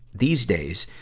these days,